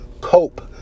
cope